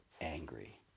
angry